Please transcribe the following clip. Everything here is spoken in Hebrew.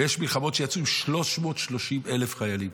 ויש מלחמות שיצאו עם 330,000 חיילים,